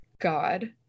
God